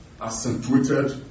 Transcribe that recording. accentuated